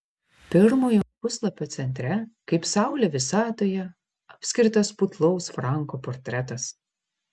pirmojo puslapio centre kaip saulė visatoje apskritas putlaus franko portretas